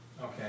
Okay